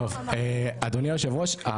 טוב אדוני היושב ראש.